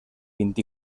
vint